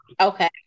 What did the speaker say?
okay